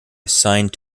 assigned